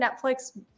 Netflix